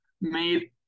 made